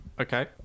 Okay